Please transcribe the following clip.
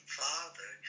father